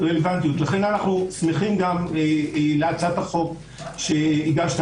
לכן אנו שמחים גם להצעת החוק שהגשת,